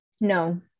No